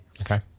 Okay